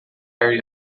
area